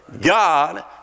God